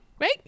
Right